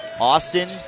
Austin